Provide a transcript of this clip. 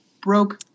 broke